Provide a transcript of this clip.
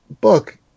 book